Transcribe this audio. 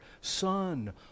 Son